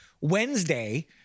Wednesday